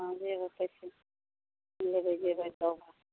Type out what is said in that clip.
हाँ लेबै पैसे लेबै जेबै सभ